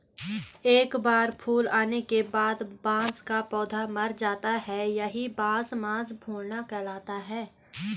एक बार फूल आने के बाद बांस का पौधा मर जाता है यही बांस मांस फूलना कहलाता है